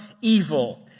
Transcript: evil